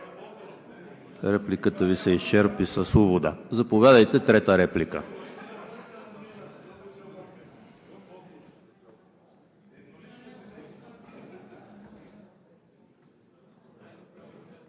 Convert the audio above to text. Репликата Ви се изчерпа с увода. Заповядайте за трета реплика.